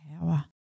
power